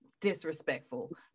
disrespectful